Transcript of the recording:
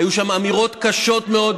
היו שם אמירות קשות מאוד.